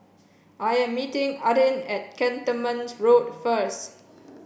I am meeting Adin at Cantonment Road first